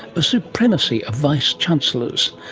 a supremacy of vice chancellors.